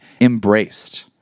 embraced